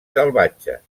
salvatges